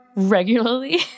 Regularly